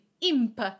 IMP